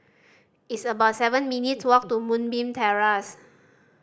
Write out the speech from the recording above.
it's about seven minutes' walk to Moonbeam Terrace